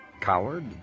Coward